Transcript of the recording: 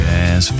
Jazz